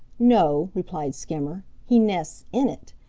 no, replied skimmer. he nests in it.